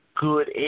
good